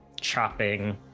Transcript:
chopping